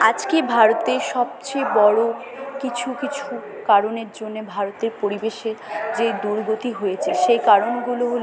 আজকে ভারতের সবচেয়ে বড়ো কিছু কিছু কারণের জন্যে ভারতের পরিবেশে যে দুর্গতি হয়েছে সেই কারণগুলো হল